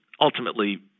ultimately